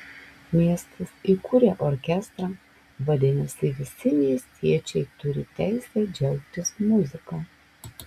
miestas įkūrė orkestrą vadinasi visi miestiečiai turi teisę džiaugtis muzika